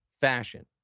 fashion